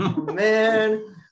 Man